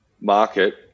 market